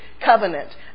covenant